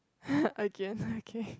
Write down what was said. again okay